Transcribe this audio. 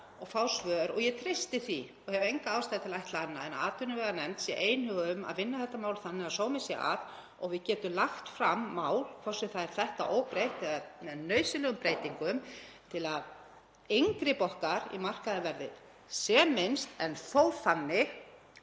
og fá svör og ég treysti því og hef enga ástæðu til að ætla annað en að atvinnuveganefnd sé einhuga um að vinna þetta mál þannig að sómi sé að og við getum lagt fram mál, hvort sem það er þetta óbreytt eða með nauðsynlegum breytingum til að inngrip okkar í markaðinn verði sem minnst en þó þannig